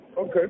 Okay